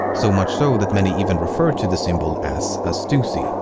so much so that many even refer to the symbol as a stussy.